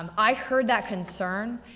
um i heard that concern,